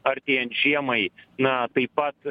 artėjant žiemai na taip pat